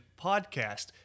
podcast